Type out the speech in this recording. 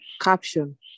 Caption